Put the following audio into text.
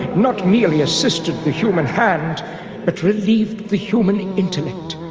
not merely assisted the human hand but relieved the human intellect.